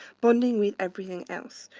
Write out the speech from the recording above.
bonding with everything else.